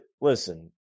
listen